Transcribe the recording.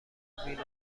دوربینم